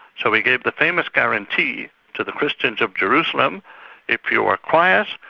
so he gave the famous guarantee to the christians of jerusalem if you are quiet,